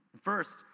First